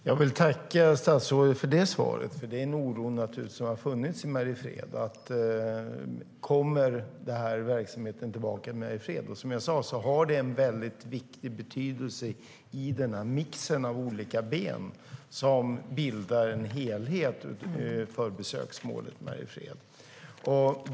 Herr talman! Jag vill tacka statsrådet för svaret. Det har naturligtvis funnits en oro i Mariefred för om verksamheten ska komma tillbaka. Den har en stor betydelse i den mix av olika ben som bildar en helhet för besöksmålet Mariefred.